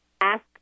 ask